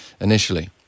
initially